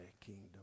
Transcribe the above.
kingdom